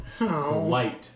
light